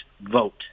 vote